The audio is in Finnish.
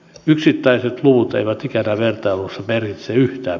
yksittäiset luvut eivät ikinä vertailussa merkitse yhtä